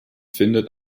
findet